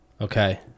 Okay